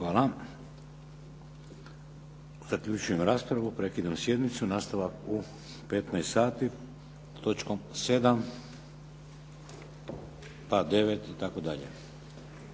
Hvala. Zaključujem raspravu. Prekidam sjednicu. Nastavak u 15 sati s točkom 7., pa 9. i tako dalje.